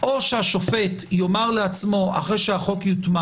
או השופט יאמר לעצמו אחרי שהחוק יוטמע